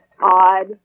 odd